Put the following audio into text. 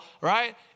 right